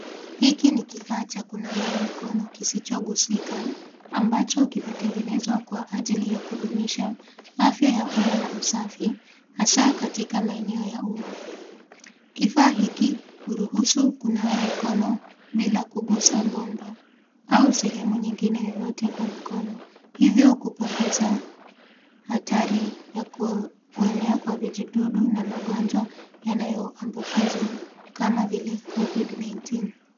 Hiki ni kifaa cha kunawia mikono kisichogusika ambacho kimetengenezwa kwa ajili ya kudumisha afya ya umma na usafi hasa katika maeneo ya umma. Kifaa hiki huruhusu kunawa mikono bila kugusa bomba au sehemu nyingine yoyote kwa mikono ivyo kupunguza hatari ya kuenea kwa vijidudu na magonjwa yanayoambukizwa kama vile covid-19 .